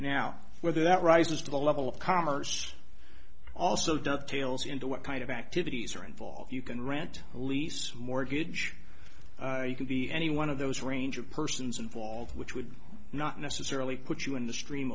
now whether that rises to the level of commerce also dovetails into what kind of activities are involved you can rent lease mortgage you could be any one of those range of persons involved which would not necessarily put you in the stream